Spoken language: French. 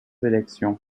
élections